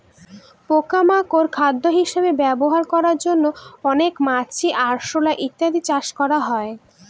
পোকা মাকড় খাদ্য হিসেবে ব্যবহার করার জন্য অনেক মৌমাছি, আরশোলা ইত্যাদি চাষ করা হয়